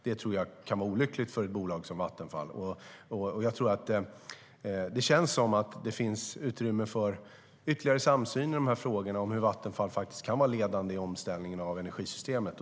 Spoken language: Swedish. Det kan vara olyckligt för ett bolag som Vattenfall.Det känns som att det finns utrymme för ytterligare samsyn i dessa frågor om hur Vattenfall kan vara ledande i omställningen av energisystemet.